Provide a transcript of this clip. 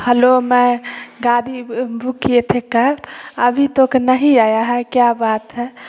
hello मैंने गाड़ी book की थी कल अभी तक नहीं आई है क्या बात है